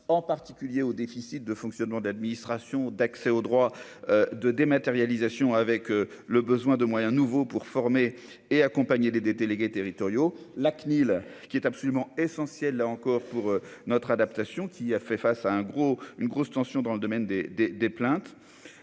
en particulier au déficit de fonctionnement d'administration d'accès au droit de dématérialisation, avec le besoin de moyens nouveaux pour former et accompagner les des délégués territoriaux, la CNIL, qui est absolument essentiel, là encore pour notre adaptation qui a fait face à un gros une grosse tension dans le domaine des, des,